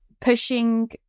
pushing